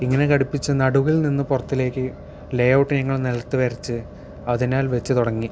ഇങ്ങനെ ഘടിപ്പിച്ച് നടുവിൽ നിന്ന് പുറത്തേക്ക് ലേഔട്ട് ഞങ്ങൾ നിലത്ത് വരച്ച് അതിനാൽ വെച്ച് തുടങ്ങി